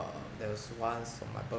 there was once on my birthday